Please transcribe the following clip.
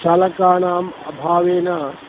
चालकानाम् अभावेन